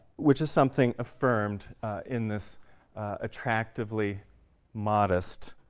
which is something affirmed in this attractively modest,